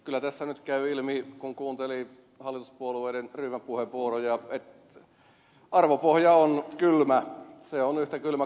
kyllä tässä nyt käy ilmi kun kuunteli hallituspuolueiden ryhmäpuheenvuoroja että arvopohja on kylmä se on yhtä kylmä kuin hiilihappojää